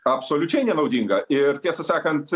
absoliučiai nenaudinga ir tiesą sakant